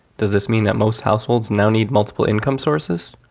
does this mean that most households now need multiple income sources?